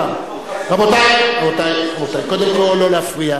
רבותי, רבותי, קודם כול לא להפריע.